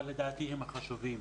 אבל לדעתי הם חשובים.